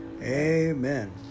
amen